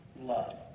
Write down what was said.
love